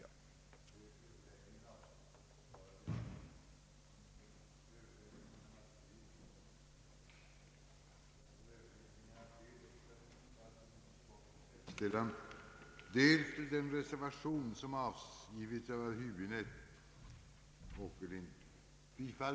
komma till stånd, med beaktande av de synpunkter som framförts i motionen.